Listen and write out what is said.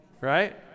right